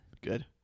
Good